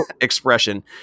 expression